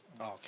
Okay